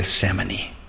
Gethsemane